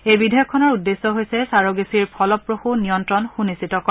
এই বিধেয়কখনৰ উদ্দেশ্য হৈছে ছাৰ'গেচীৰ ফলপ্ৰসূ নিয়ন্নণ সুনিশ্চিত কৰা